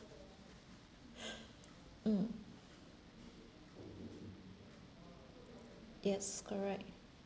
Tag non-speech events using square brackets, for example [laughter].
[breath] mm yes correct